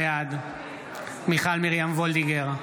בעד מיכל מרים וולדיגר,